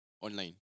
online